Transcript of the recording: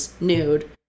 nude